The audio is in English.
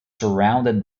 surrounded